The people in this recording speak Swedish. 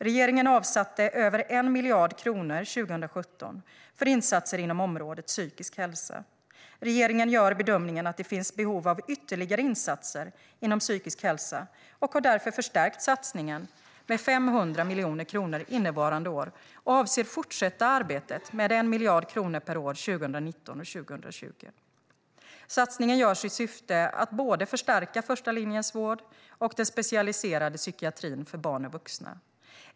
Regeringen avsatte över 1 miljard kronor 2017 för insatser inom området psykisk hälsa. Regeringen gör bedömningen att det finns behov av ytterligare insatser inom psykisk hälsa och har därför förstärkt satsningen med 500 miljoner kronor innevarande år och avser att fortsätta arbetet med 1 miljard kronor per år under 2019 och 2020. Satsningen görs i syfte att förstärka både första linjens vård och den specialiserade psykiatrin för barn och vuxna.